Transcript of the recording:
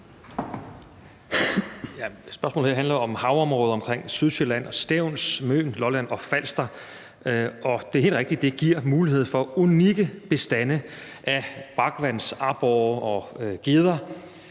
Spørgsmålet her handler om havområdet omkring Sydsjælland, Stevns, Møn, Lolland og Falster. Det er helt rigtigt, at det giver mulighed for unikke bestande af brakvandsaborrer og gedder,